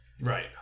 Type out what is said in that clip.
Right